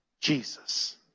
Jesus